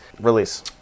release